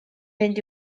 mynd